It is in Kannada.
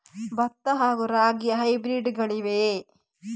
ಭತ್ತ ಹಾಗೂ ರಾಗಿಯ ಹೈಬ್ರಿಡ್ ಗಳಿವೆಯೇ?